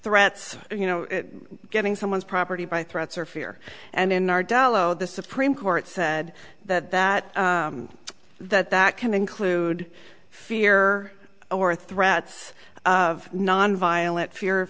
threats you know getting someone's property by threats or fear and in our delo the supreme court said that that that that can include fear or threats of nonviolent fear